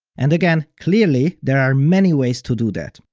and again, clearly there are many ways to do that.